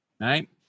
Right